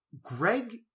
Greg